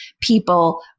people